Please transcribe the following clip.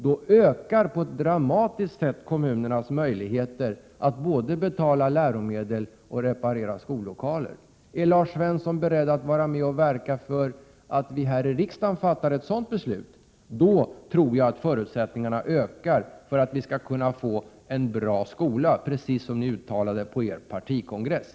Det ökar på ett dramatiskt sätt kommunernas möjligheter att både betala läromedel och reparera skolloka ler. Om Lars Svensson är beredd att vara med och verka för att vi här i Prot. 1987/88:123 riksdagen fattar ett sådant beslut, tror jag att förutsättningarna ökar för att vi 19 maj 1988 skall kunna få en bra skola, precis som ni uttalade på er partikongress.